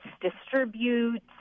distribute